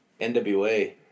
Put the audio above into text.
NWA